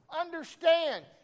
Understand